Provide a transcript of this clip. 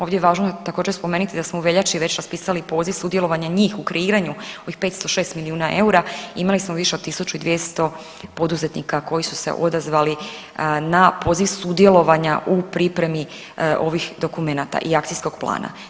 Ovdje je važno također spomenuti da smo u veljači već raspisali poziv sudjelovanja njih u kreiranju ovih 506 milijuna eura, imali smo više od 1200 poduzetnika koji su se odazvali na poziv sudjelovanja u pripremi ovih dokumenata i akcijskog plana.